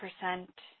percent